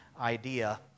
idea